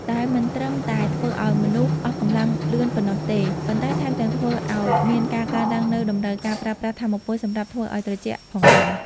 ដែលមិនត្រឹមតែធ្វើឱ្យមនុស្សអស់កម្លាំងលឿនប៉ុណ្ណោះទេ ប៉ុន្តែថែមទាំងធ្វើឱ្យមានការកើនឡើងនូវតម្រូវការប្រើប្រាស់ថាមពលសម្រាប់ធ្វើឱ្យត្រជាក់ផងដែរ។